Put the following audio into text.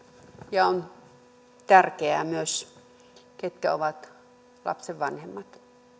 ja on tärkeää myös ketkä ovat lapsen vanhemmat